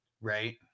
Right